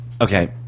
Okay